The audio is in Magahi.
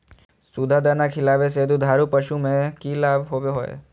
सुधा दाना खिलावे से दुधारू पशु में कि लाभ होबो हय?